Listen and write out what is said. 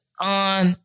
on